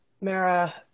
Mara